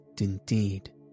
indeed